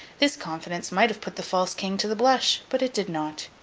this confidence might have put the false king to the blush, but it did not.